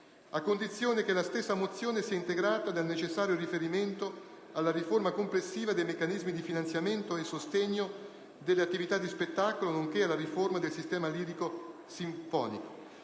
a condizione che la stessa sia integrata del necessario riferimento alla riforma complessiva dei meccanismi di finanziamento e sostegno delle attività di spettacolo, nonché alla riforma del sistema lirico sinfonico